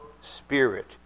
spirit